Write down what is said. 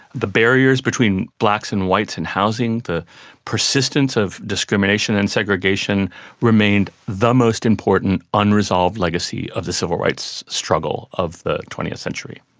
the barriers between blacks and whites in housing, the persistence of discrimination and segregation remained the most important unresolved legacy of the civil rights struggle of the twentieth century.